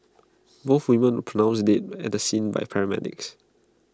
both women pronounced dead at the scene by paramedics